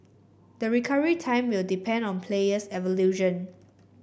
the recovery time will depend on player's evolution